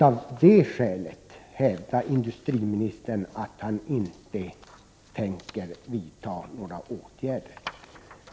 Av det skälet hävdar industriministern att han inte tänker vidta några åtgärder.